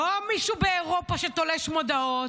לא מישהו באירופה שתולש מודעות,